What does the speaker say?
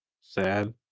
Sad